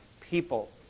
people